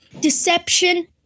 Deception